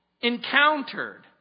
encountered